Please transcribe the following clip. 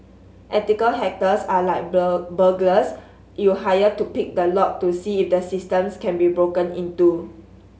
ethical hackers are like burglars you hire to pick the lock to see if the systems can be broken into